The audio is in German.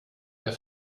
der